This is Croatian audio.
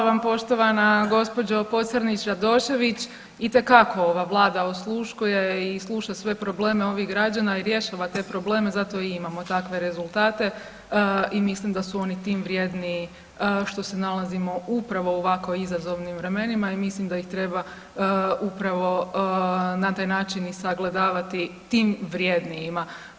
Hvala vam poštovana gospođo Pocrnić Radošević, itekako ova vlada osluškuje i sluša sve probleme ovih građana i rješava te probleme zato i imamo takve rezultate i mislim da su oni tim vrjedniji što se nalazimo upravo u ovako izazovnim vremenima i mislim da ih treba upravo na taj način i sagledavati tim vrjednijima.